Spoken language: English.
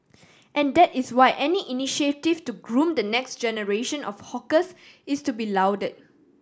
and that is why any initiative to groom the next generation of hawkers is to be lauded